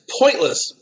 pointless